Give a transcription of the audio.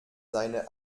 seine